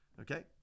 okay